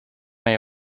may